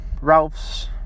Ralph's